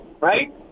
right